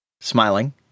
smiling